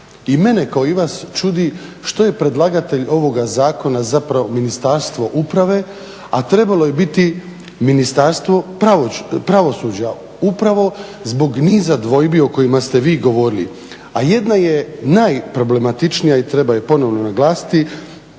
i mene kao i vas čudi što je predlagatelj ovoga zakona zapravo Ministarstvo uprave, a trebalo je biti Ministarstvo pravosuđa, upravo zbog niza dvojbi o kojima ste vi govorili. A jedna je najproblematičnija i treba je ponovno naglasiti